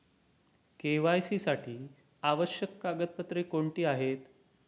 KYC साठी आवश्यक कागदपत्रे कोणती आहेत?